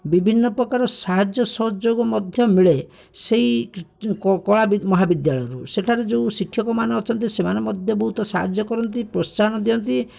ବିଭିନ୍ନପ୍ରକାର ସାହାଯ୍ୟ ସହଯୋଗ ମଧ୍ୟ ମିଳେ ସେହି କଳା ମହାବିଦ୍ୟାଳୟରୁ ସେଠାରେ ଯେଉଁ ଶିକ୍ଷକମାନେ ଅଛନ୍ତି ସେମାନେ ମଧ୍ୟ ବହୁତ ସାହାଯ୍ୟ କରନ୍ତି ପ୍ରୋତ୍ସାହନ ଦିଅନ୍ତି